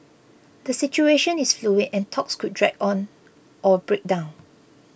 the situation is fluid and talks could drag on or break down